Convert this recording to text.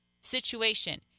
situation